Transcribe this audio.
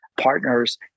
partners